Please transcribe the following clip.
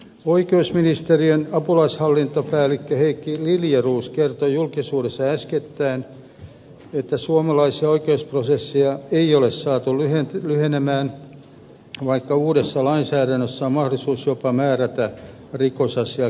oikeusministeriön apulaishallintopäällikkö heikki liljeroos kertoi julkisuudessa äskettäin että suomalaisia oikeusprosesseja ei ole saatu lyhenemään vaikka uudessa lainsäädännössä on mahdollisuus jopa määrätä rikosasia kiireelliseksi